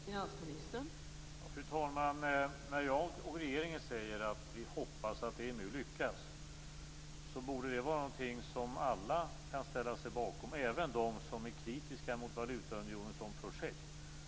Fru talman! När jag och regeringen säger att vi hoppas att EMU lyckas borde det vara någonting som alla kan ställa sig bakom, även de som är kritiska till valutaunionen som projekt.